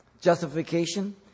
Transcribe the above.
justification